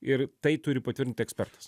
ir tai turi patvirtinti ekspertas